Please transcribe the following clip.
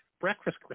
breakfast